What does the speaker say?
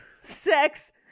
sex